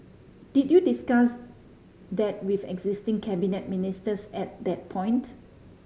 did you discuss that with existing cabinet ministers at that point